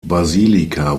basilika